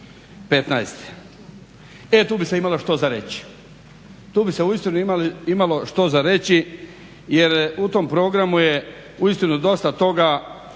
2015., e tu bi se imalo što za reći. Tu bi se uistinu imalo što za reći jer u tom programu je uistinu dosta toga